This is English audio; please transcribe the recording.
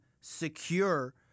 secure